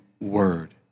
word